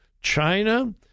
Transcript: China